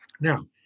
Now